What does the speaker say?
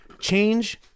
change